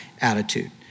attitude